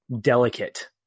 delicate